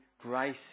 grace